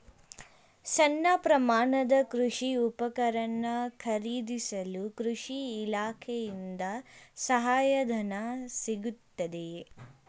ಸಣ್ಣ ಪ್ರಮಾಣದ ಕೃಷಿ ಉಪಕರಣ ಖರೀದಿಸಲು ಕೃಷಿ ಇಲಾಖೆಯಿಂದ ಸಹಾಯಧನ ಸಿಗುತ್ತದೆಯೇ?